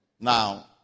Now